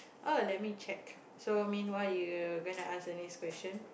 oh let me check so meanwhile you gonna ask the next question